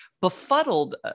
befuddled